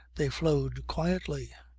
they flowed quietly,